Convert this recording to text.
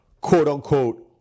quote-unquote